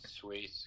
Sweet